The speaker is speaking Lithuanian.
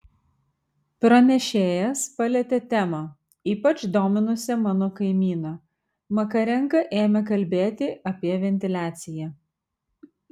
pranešėjas palietė temą ypač dominusią mano kaimyną makarenka ėmė kalbėti apie ventiliaciją